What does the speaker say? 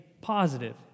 positive